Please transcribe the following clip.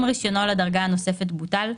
אם רישיונו לדרגה הנוספת בוטל,